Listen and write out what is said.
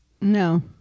No